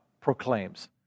proclaims